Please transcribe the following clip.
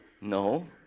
No